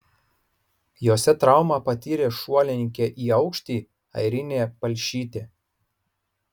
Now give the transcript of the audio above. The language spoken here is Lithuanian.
jose traumą patyrė šuolininkė į aukštį airinė palšytė